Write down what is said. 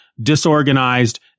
disorganized